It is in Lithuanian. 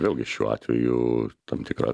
vėlgi šiuo atveju tam tikra